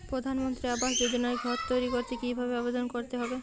প্রধানমন্ত্রী আবাস যোজনায় ঘর তৈরি করতে কিভাবে আবেদন করতে হবে?